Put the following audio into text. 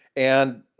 and,